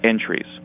entries